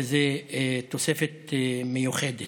וזה תוספת מיוחדת.